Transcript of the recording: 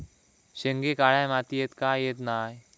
शेंगे काळ्या मातीयेत का येत नाय?